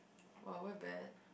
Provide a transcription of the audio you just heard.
!wow! we're bad